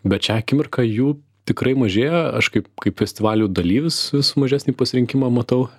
bet šią akimirką jų tikrai mažėja aš kaip kaip festivalių dalyvis vis mažesnį pasirinkimą matau